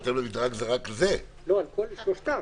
לגבי שלושתם.